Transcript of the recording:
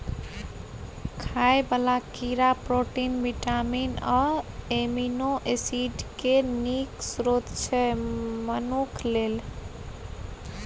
खाइ बला कीड़ा प्रोटीन, बिटामिन आ एमिनो एसिड केँ नीक स्रोत छै मनुख लेल